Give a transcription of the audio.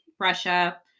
Russia